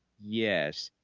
yes,